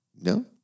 No